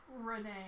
Renee